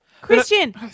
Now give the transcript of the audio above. Christian